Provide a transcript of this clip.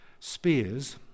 Spears